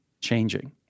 changing